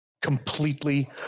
completely